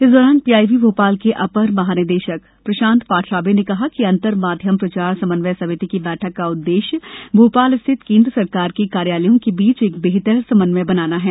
इस दौरान पीआईबी भोपाल के अपर महानिदेशक प्रशांत पाठराबे ने कहा कि अंतर माध्यम प्रचार समन्वय समिति की बैठक का उद्देश्य भोपाल स्थित केंद्र सरकार के कार्यालयों के बीच एक बेहतर समन्वय बनाना है